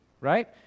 right